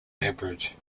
average